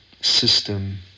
system